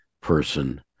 person